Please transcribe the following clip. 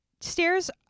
stairs